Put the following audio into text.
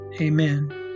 amen